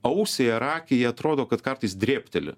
ausiai ar akiai atrodo kad kartais drėbteli